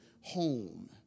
home